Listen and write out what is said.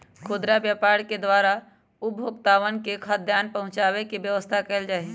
खुदरा व्यापार के द्वारा उपभोक्तावन तक खाद्यान्न पहुंचावे के व्यवस्था कइल जाहई